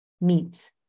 meat